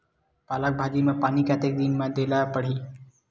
पालक भाजी म पानी कतेक दिन म देला पढ़ही?